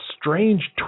strange